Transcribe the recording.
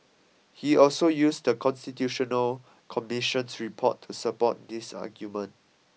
he also used the Constitutional Commission's report to support this argument